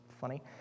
funny